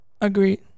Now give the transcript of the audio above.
agreed